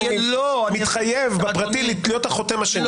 אני מתחייב להיות החותם השני.